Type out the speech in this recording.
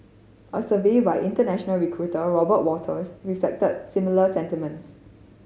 a survey by international recruiter Robert Walters reflected similar sentiments